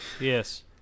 Yes